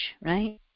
right